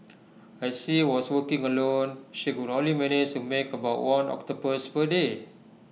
as she was working alone she could only manage to make about one octopus per day